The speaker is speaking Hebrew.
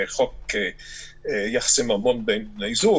חוק יחסי ממון בין בני זוג,